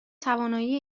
توانایی